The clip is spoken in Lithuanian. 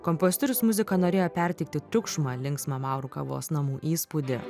kompozitorius muzika norėjo perteikti triukšmą linksmą maurų kavos namų įspūdį